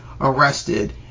arrested